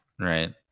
right